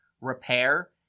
repair